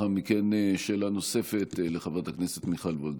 לאחר מכן, שאלה נוספת לחברת הכנסת מיכל וולדיגר.